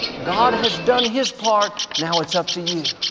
god has done his part, now it's up to you.